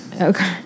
Okay